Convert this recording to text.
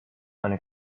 eine